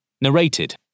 Narrated